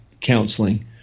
counseling